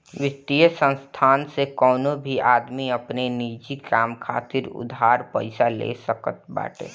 वित्तीय संस्थान से कवनो भी आदमी अपनी निजी काम खातिर उधार पईसा ले सकत बाटे